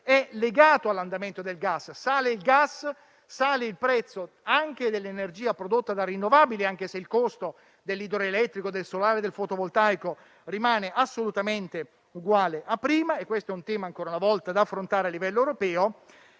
è legato all'andamento del gas. Se sale il gas, sale anche il prezzo dell'energia prodotta da rinnovabili, anche se il costo dell'idroelettrico, del solare e del fotovoltaico rimane assolutamente uguale a prima. Questo è un tema, ancora una volta, da affrontare a livello europeo.